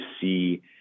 see